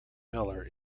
miller